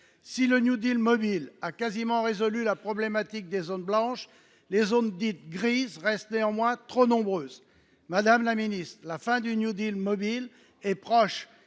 Si le New Deal mobile a quasiment résolu la problématique des zones blanches, les zones dites grises restent néanmoins trop nombreuses. La fin du New Deal mobile est proche